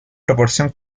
proporción